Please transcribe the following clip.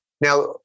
Now